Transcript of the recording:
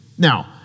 Now